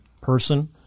person